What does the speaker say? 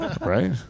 right